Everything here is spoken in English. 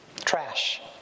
trash